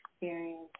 experience